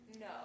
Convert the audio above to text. No